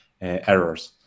errors